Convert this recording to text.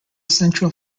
central